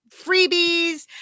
freebies